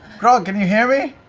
grog, can you hear me?